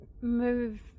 move